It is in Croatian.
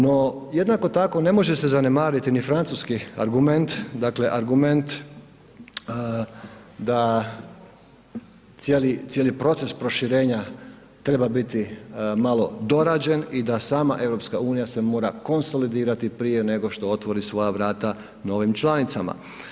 No, jednako tako ne može se zanemariti ni francuski argument, dakle argument da cijeli proces proširenja treba biti malo dorađen i da sama EU se mora konsolidirati prije nego što otvori svoja vrata novim članicama.